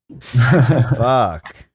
fuck